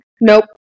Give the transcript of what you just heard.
nope